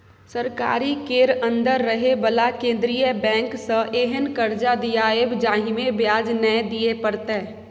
सरकारी केर अंदर रहे बला केंद्रीय बैंक सँ एहेन कर्जा दियाएब जाहिमे ब्याज नै दिए परतै